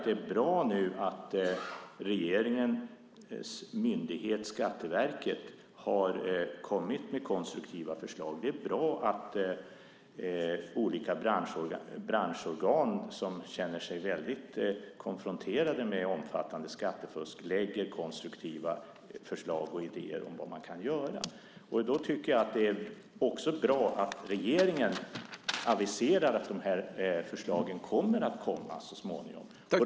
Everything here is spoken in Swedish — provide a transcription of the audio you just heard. Det är bra att regeringens myndighet Skatteverket har kommit med konstruktiva förslag. Det är bra att olika branschorgan som känner sig konfronterade med omfattande skattefusk lägger fram konstruktiva förslag och idéer om vad man kan göra. Det är bra att regeringen aviserar att förslagen kommer att läggas fram så småningom.